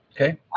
Okay